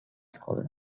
school